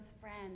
friends